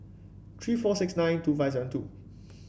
three four six nine two five seven two